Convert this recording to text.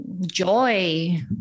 joy